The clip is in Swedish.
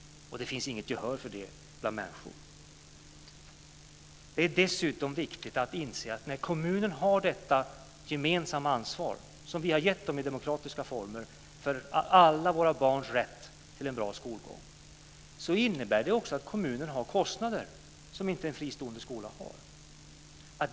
Det finns inget gehör för det bland människor. Det är dessutom viktigt att inse att när kommunerna har detta gemensamma ansvar som vi har gett dem i demokratiska former för alla våra barns rätt till en bra skolgång, innebär det också att kommunerna har kostnader som en fristående skola inte har.